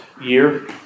year